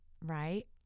Right